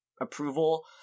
approval